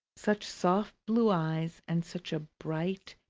such soft blue eyes, and such a bright,